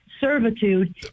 servitude